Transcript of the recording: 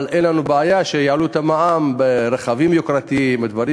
אבל אין לנו בעיה שיעלו את המע"מ על רכבים יוקרתיים ודברים